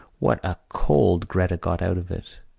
what a cold gretta got out of it?